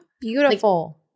Beautiful